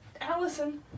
Allison